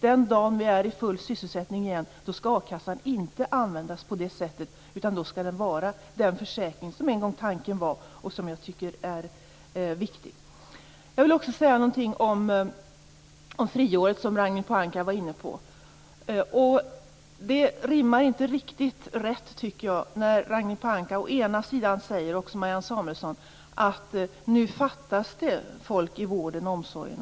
Den dag då vi på nytt har full sysselsättning skall akassan inte användas på det sättet, utan då skall den vara den försäkring som tanken en gång var att den skulle vara. Detta är viktigt. Ragnhild Pohanka talade om friåret. Ragnhild Pohanka och även Marianne Samuelsson säger att det nu på en del håll fattas folk inom vården och omsorgen.